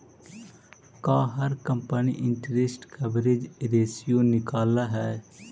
का हर company interest coverage ratio निकालअ हई